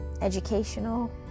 educational